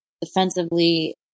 defensively